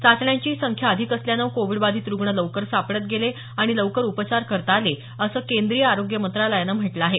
चाचण्यांची संख्या अधिक असल्याचं कोविड बाधित रुग्ण लवकर सापडत गेले आणि लवकर उपचार करता आले असं केंद्रीय आरोग्य मंत्रालयानं म्हटलं आहे